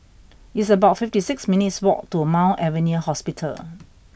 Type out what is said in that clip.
it's about fifty six minutes' walk to Mount Alvernia Hospital